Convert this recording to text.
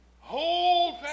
Hold